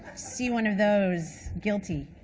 see one of those, guilty.